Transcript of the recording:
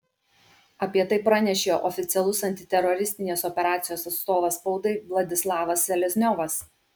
apie tai pranešė oficialus antiteroristinės operacijos atstovas spaudai vladislavas selezniovas